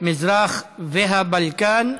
מזרח והבלקן,